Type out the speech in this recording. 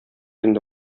инде